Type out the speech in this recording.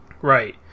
Right